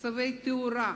מעצבי התאורה,